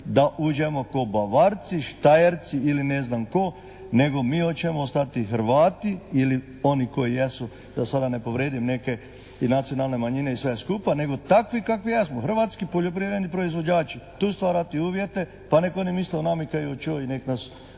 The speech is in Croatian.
da uđemo k'o Bavarci, Štajerci ili ne znam 'ko nego mi hoćemo 'stati Hrvati ili oni koji jesu da sada ne povredim neke i nacionalne manjine i sve skupa nego takvi kakvi jesmo. Hrvatski poljoprivredni proizvođači. Tu stvarati uvjete pa neka oni misle o nami kaj oćeju i nek nas